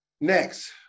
Next